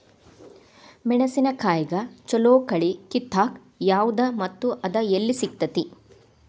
ಮೆಣಸಿನಕಾಯಿಗ ಛಲೋ ಕಳಿ ಕಿತ್ತಾಕ್ ಯಾವ್ದು ಮತ್ತ ಅದ ಎಲ್ಲಿ ಸಿಗ್ತೆತಿ?